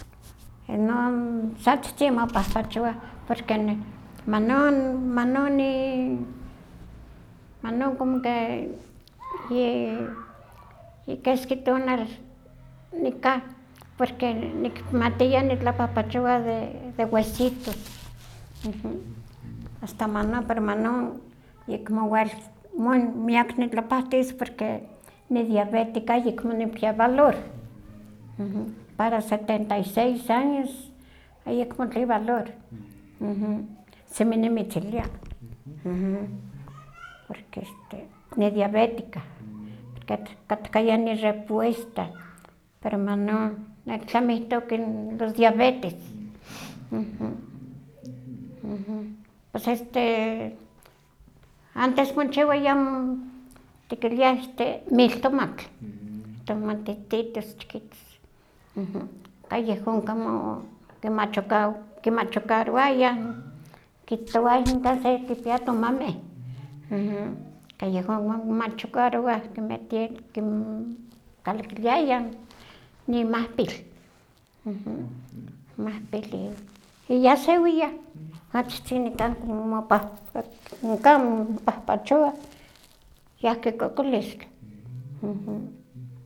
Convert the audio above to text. Enon sa achitzin mopahpachowah porque manon, manon i- manon como que yi- yikeski tonal nikan, porque nikmatiya nitlapahpachowa de de huesitos, asta manon pero manon ayekmo wel miak nitlapahtis, nidiabétika ayekmo nikpia valor, para setenta y seis años ayekmo tlen valor, semi nimitzilia, porque este nidiabética, porque katkaya nirepuesta, pero manon nechtlamihtok los diabetes, pues este antes mochiwaya tikiliah miltomatl, tomatihtitos chiquitos, ka yehon kimachu- kimachukarowayah, kihtowayah nonkan sekipia tomameh, kayehon kimachukarowah kimmetia- kinkalakiliayah nimahpil, imahpil iyasewiyah, achitzin nikan mopahpachowah, yahki kokolistl.